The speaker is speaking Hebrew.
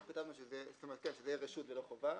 אנחנו כתבנו שזאת תהיה רשות ולא חובה.